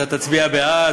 אתה תצביע בעד,